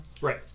Right